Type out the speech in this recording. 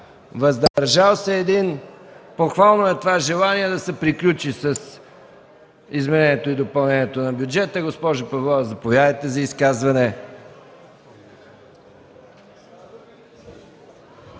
въздържал се 1. Похвално е това желание да се приключи с изменението и допълнението на бюджета. Госпожо Павлова, заповядайте за изказване.